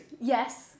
Yes